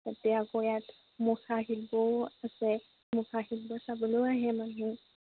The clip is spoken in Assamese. তাতে আকৌ ইয়াত মুখা শিল্পও আছে মুখা শিল্প চাবলৈও আহে মানুহ